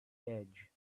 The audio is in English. ledge